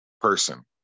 person